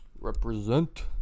represent